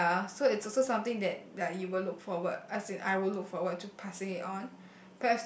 ya so it's also something that like you will look forward as in I would look forward to passing it on